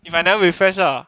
if I never refresh lah